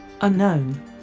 unknown